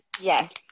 Yes